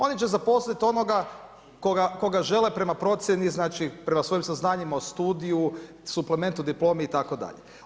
Oni će zaposliti onoga koga žele prema procjeni znači, prema svojim saznanjima o studiju, suplementu, diplomi itd.